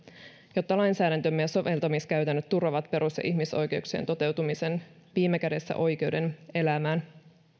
jotta lainsäädäntömme ja soveltamiskäytännöt turvaavat perus ja ihmisoikeuksien toteutumisen viime kädessä oikeuden elämään